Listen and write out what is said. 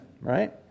right